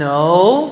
No